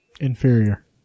inferior